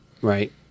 Right